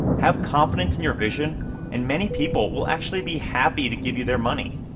have confidence in your vision and many people will actually be happy to give you their money